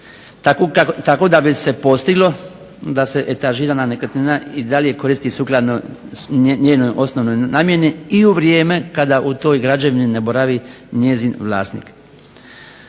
tako da bi se postiglo da se etažirana nekretnina i dalje koristi sukladno njenoj osnovnoj namjeni i u vrijeme kada u toj građevini ne boravi njezin vlasnik.